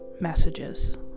messages